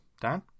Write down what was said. Dan